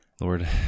Lord